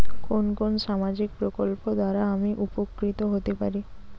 কোন কোন সামাজিক প্রকল্প দ্বারা আমি উপকৃত হতে পারি?